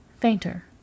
fainter